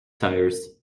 tires